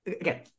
again